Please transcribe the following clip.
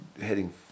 heading